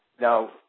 Now